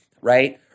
right